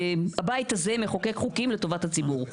הבית הזה מחוקק חוקים לטובת הציבור,